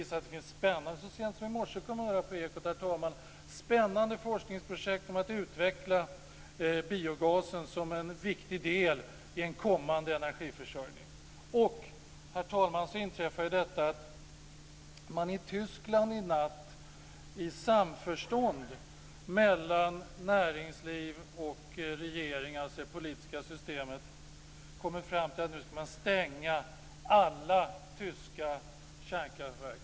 Så sent som i morse, herr talman, framkom det i Ekot att det finns spännande forskningsprojekt om att utveckla biogasen som en viktig del i en kommande energiförsörjning. Herr talman! Nu har det inträffat att man i Tyskland i natt, i samförstånd mellan näringsliv och regering, det politiska systemet, har kommit fram till att man ska stänga alla tyska kärnkraftverk.